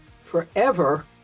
forever